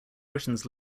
britons